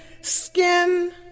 skin